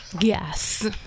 Yes